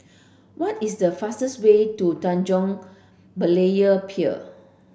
what is the fastest way to Tanjong Berlayer Pier